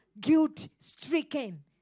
guilt-stricken